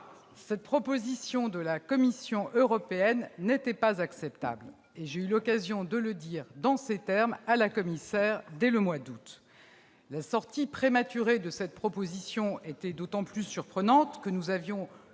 cette proposition de la Commission européenne n'était pas acceptable. J'ai eu l'occasion de le dire en ces termes à la commissaire européenne dès le mois d'août dernier. L'annonce prématurée de cette proposition était d'autant plus surprenante que nous avions